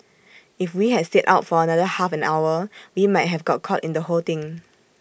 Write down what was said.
if we had stayed out for another half an hour we might have got caught in the whole thing